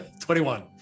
21